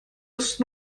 ist